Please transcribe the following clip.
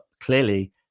clearly